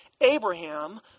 Abraham